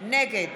נגד